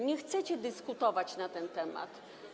Nie chcecie dyskutować na ten temat.